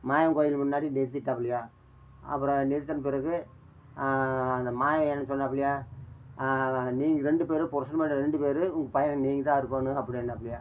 மாயவன் கோவில் முன்னாடி நிறுத்திட்டாப்பிலயாம் அப்புறம் நிறுத்தின பிறகு அந்த மாயன் என்ன சொன்னாப்பிலயாம் ம நீங்கள் ரெண்டு பேரும் புருஷன் பொண்டாட்டி ரெண்டு பேரும் உங்கள் பையனை நீ தான் அறுக்கணும் அப்டினாப்பிலயாம்